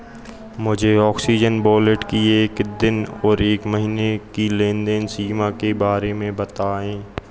मुझे Oxigen wallet की एक दिन और एक महीने की लेन देन सीमा के बारे में बताएँ